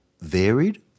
varied